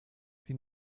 die